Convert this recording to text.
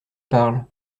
parle